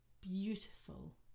beautiful